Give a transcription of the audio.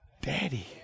daddy